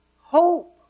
hope